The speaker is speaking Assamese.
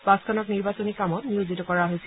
বাছখনক নিৰ্বাচনী কামত নিয়োজিত কৰা হৈছিল